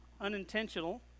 unintentional